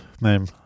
name